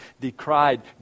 decried